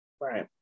Right